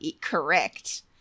Correct